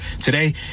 Today